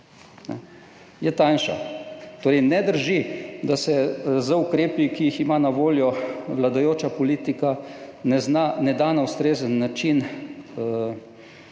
je tanjša. Ne drži, da se z ukrepi, ki jih ima na voljo vladajoča politika, ne zna, ne da na ustrezen način